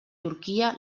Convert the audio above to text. turquia